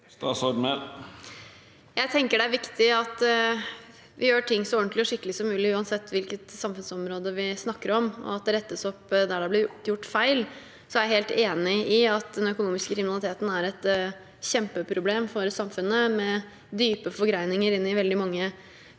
Mehl Jeg tenker det er viktig at vi gjør ting så ordentlig og skikkelig som mulig uansett hvilket samfunnsområde vi snakker om, og at det rettes opp der det har blitt gjort feil. Så er jeg helt enig i at den økonomiske kriminaliteten er et kjempeproblem for samfunnet, med dype forgreininger inn i veldig mange